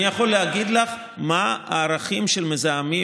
אני יכול להגיד לך מה הערכים של המזהמים,